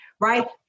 Right